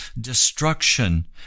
destruction